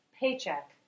paycheck